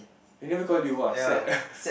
any of you !wah! sad